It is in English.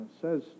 says